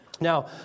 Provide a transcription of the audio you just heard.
Now